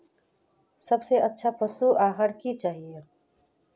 सबसे अच्छा पशु आहार की होचए?